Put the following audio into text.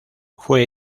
fue